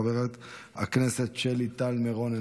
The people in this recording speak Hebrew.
חברת הכנסת שלי טל מירון,